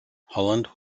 holland